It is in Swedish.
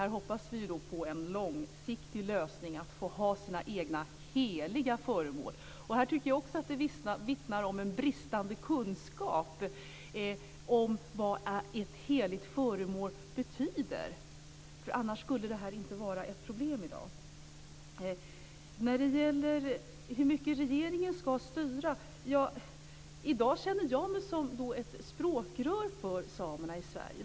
Vi hoppas på en långsiktig lösning, på att man ska få ha sina egna heliga föremål. Jag tycker att det vittnar om en bristande kunskap om vad ett heligt föremål betyder, för annars skulle det här inte vara ett problem i dag. Så till frågan om hur mycket regeringen ska styra. I dag känner jag mig som ett språkrör för samerna i Sverige.